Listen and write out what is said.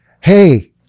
hey